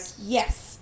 yes